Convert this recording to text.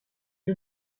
you